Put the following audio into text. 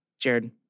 Jared